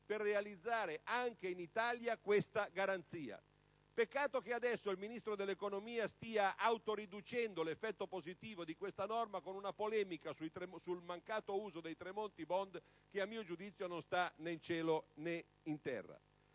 per realizzare anche in Italia questa garanzia. Peccato che adesso il Ministro dell'economia stia autoriducendo l'effetto positivo di questa norma con una polemica sul mancato uso dei cosiddetti Tremonti *bond*, che a mio giudizio non sta né in cielo né in terra.